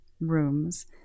rooms